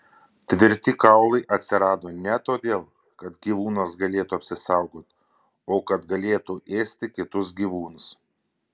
tvirti kaulai atsirado ne todėl kad gyvūnas galėtų apsisaugoti o kad galėtų ėsti kitus gyvūnus